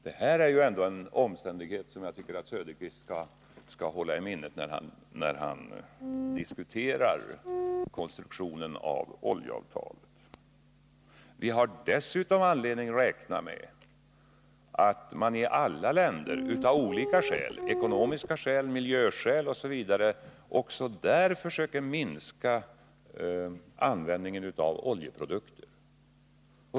Det är en omständighet som jag tycker att Oswald Söderqvist skall hålla i minnet när han diskuterar konstruktionen av oljeavtalet. Vi har dessutom anledning att räkna med att man i alla länder av olika skäl — ekonomiska skäl, miljöskäl osv. — försöker minska användningen av oljeprodukter.